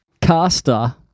Caster